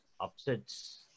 upsets